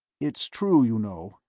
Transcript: it's true, you know.